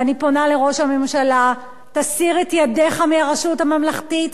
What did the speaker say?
ואני פונה לראש הממשלה: תסיר את ידיך מהרשות הממלכתית,